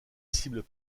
cibles